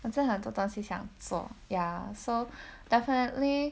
我真的很多东西想做 ya so definitely